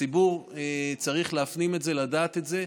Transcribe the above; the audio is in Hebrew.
הציבור צריך להפנים את זה, לדעת את זה.